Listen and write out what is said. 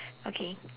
okay